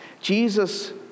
Jesus